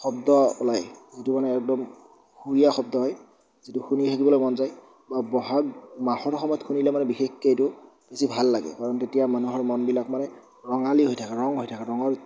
শব্দ ওলায় যিটো মানে একদম সুৰীয়া শব্দ হয় যিটো শুনি থাকিবলৈ মন যায় বা বহাগ মাহৰ সময়ত শুনিলে মানে বিশেষকৈ এইটো বেছি ভাল লাগে কাৰণ তেতিয়া মানুহৰ মনবিলাক মানে ৰঙালী হৈ থাকে ৰং হৈ থাকে ৰঙৰ